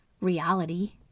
reality